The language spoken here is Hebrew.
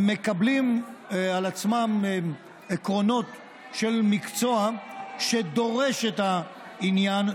מקבלים על עצמם עקרונות של מקצוע שדורש את העניין,